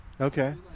Okay